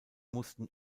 mussten